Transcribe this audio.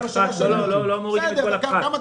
לא מורידים את כל הפחת.